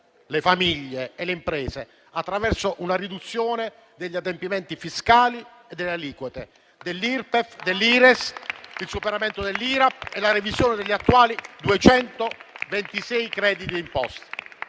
le famiglie e le imprese attraverso una riduzione degli adempimenti fiscali e delle aliquote dell'Irpef e dell'Ires, il superamento dell'IRAP e la revisione degli attuali 226 crediti d'imposta.